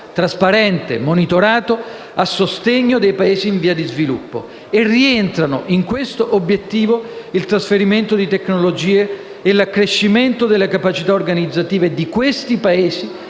trasparente e monitorato, a sostegno dei Paesi in via di sviluppo. Rientrano in questo obiettivo il trasferimento di tecnologie e l'accrescimento delle capacità organizzative di questi Paesi,